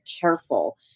careful